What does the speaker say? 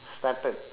started